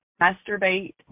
masturbate